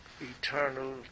eternal